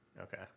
Okay